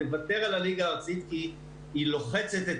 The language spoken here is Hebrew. תוותר על הליגה הארצית כי היא לוחצת את